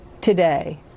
today